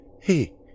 Hey